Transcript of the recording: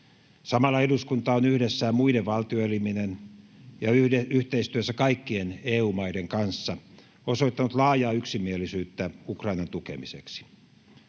Samalla eduskunta on yhdessä muiden valtioelimien ja yhteistyössä kaikkien EU-maiden kanssa osoittanut laajaa yksimielisyyttä Ukrainan tukemiseksi.